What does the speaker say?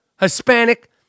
Hispanic